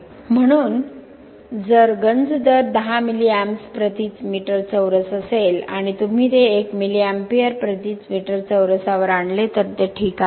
म्हणून जर गंज दर 10 मिली amps प्रति मीटर चौरस असेल आणि तुम्ही ते 1 मिली अँपिअर प्रति मीटर चौरसावर आणले तर ते ठीक आहे